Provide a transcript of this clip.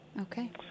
Okay